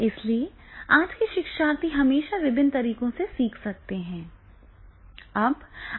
इसलिए आज के शिक्षार्थी हमेशा विभिन्न तरीकों से सीख सकते हैं